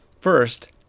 First